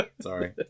Sorry